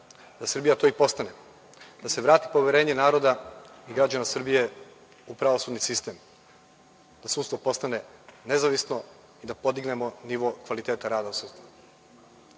da Srbija to i postane, da se vrati poverenje naroda i građana Srbije u pravosudni sistem, da sudstvo postane nezavisno i da podignemo nivo kvaliteta rada u